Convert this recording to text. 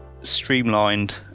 streamlined